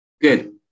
Good